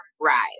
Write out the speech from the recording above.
rise